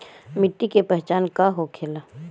मिट्टी के पहचान का होखे ला?